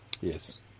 Yes